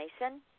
Mason